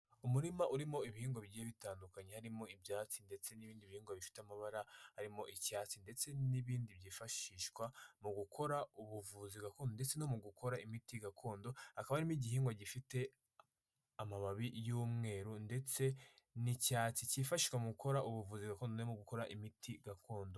Umurima urimo ibihingwa bigiye bitandukanye harimo ibyatsi ndetse n'ibindi bihingwa bifite amabara arimo icyatsi ndetse n'ibindi byifashishwa mu gukora ubuvuzi gakondo ndetse no mu gukora imiti gakondo, hakaba harimo igihingwa gifite amababi y'umweru ndetse n'icyatsi cyifashishwa mu gukora ubuvuzi gakondo no mu gukora imiti gakondo.